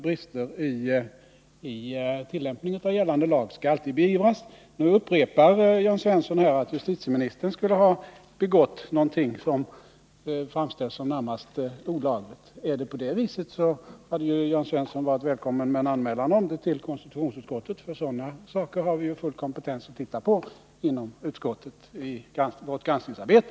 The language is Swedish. Brister i tillämpning av gällande lag skall alltid beivras. Nu upprepar Jörn Svensson att justitieministern skulle ha begått någonting som framförs som närmast olagligt. Hade det varit så hade Jörn Svensson varit välkommen med en anmälan om det till konstitutionsutskottet. Sådana saker har vi ju full kompetens att titta på under vårt granskningsarbete.